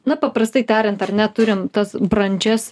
na paprastai tariant ar ne turim tas brandžias